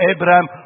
Abraham